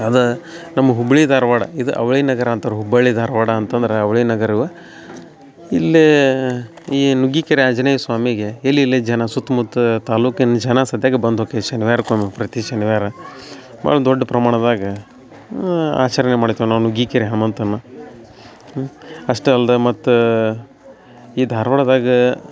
ಅದ ನಮ್ಮ ಹುಬ್ಬಳ್ಳಿ ಧಾರವಾಡ ಇದು ಅವಳಿ ನಗರ ಅಂತಾರೆ ಹುಬ್ಬಳ್ಳಿ ಧಾರವಾಡ ಅಂತಂದ್ರೆ ಅವಳಿ ನಗರವೆ ಇಲ್ಲಿ ಈ ನುಗ್ಗಿಕೆರೆ ಆಂಜನೇಯ ಸ್ವಾಮಿಗೆ ಎಲ್ಲಿಲ್ಲಿ ಜನ ಸುತ್ತಮುತ್ತ ತಾಲೂಕಿನ ಜನ ಸತೆಕ ಬಂದು ಹೊಕ್ಕೆ ಶನಿವಾರಕ್ಕೊಮ್ಮೊಮ್ಮೆ ಪ್ರತಿ ಶನಿವಾರ ಭಾಳ ದೊಡ್ಡ ಪ್ರಮಾಣದಾಗ ಆಚರಣೆ ಮಾಡ್ತೇವೆ ನಾವು ನುಗ್ಗಿಕೆರೆ ಹನುಮಂತನ್ನ ಅಷ್ಟೇ ಅಲ್ದೆ ಮತ್ತು ಈ ಧಾರ್ವಾಡದಾಗ